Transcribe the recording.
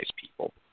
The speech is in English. people